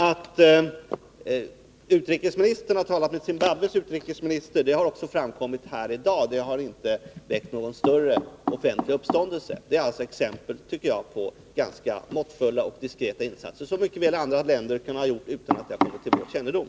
Att utrikesministern har talat med Zimbabwes utrikesminister har också framkommit här i dag, och det har inte vållat någon större offentlig uppståndelse. Vad jag här har anfört är alltså exempel på enligt min mening ganska måttfulla och diskreta insatser som andra länder mycket väl kan ha gjort utan att det kommit till vår kännedom.